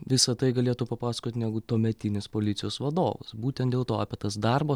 visa tai galėtų papasakoti negu tuometinis policijos vadovas būtent dėl to apie tas darbo